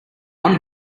one